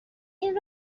این